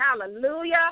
hallelujah